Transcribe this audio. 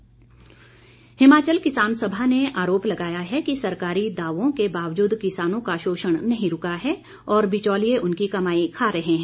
किसान सभा हिमाचल किसान सभा ने आरोप लगाया है कि सरकारी दावों के बावजूद किसानों का शोषण नहीं रूका है और बिचौलिए उनकी कमाई खा रहे हैं